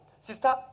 Sister